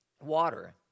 water